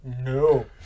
No